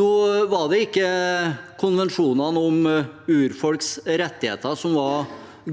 Nå var det ikke konvensjonene om urfolks rettigheter som var